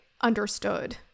understood